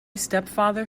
stepfather